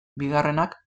bigarrenak